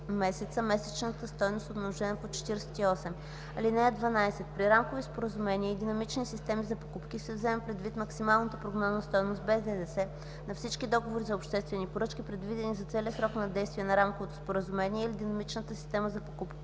месечната стойност умножена по 48. (12) При рамкови споразумения и динамични системи за покупки се взема предвид максималната прогнозна стойност без ДДС на всички договори за обществени поръчки, предвидени за целия срок на действие на рамковото споразумение или динамичната система за покупки.